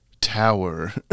tower